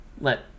let